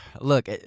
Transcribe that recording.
Look